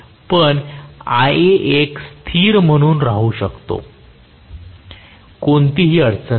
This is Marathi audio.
पण Ia एक स्थिर म्हणून राहू शकते कोणतीही अडचण नाही